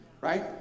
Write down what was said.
right